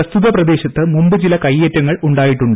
പ്രസ്തുത പ്രദേശത്ത് മുമ്പ് ചില കൈയ്യേറ്റങ്ങൾ ഉണ്ടായിട്ടുണ്ട്